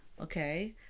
okay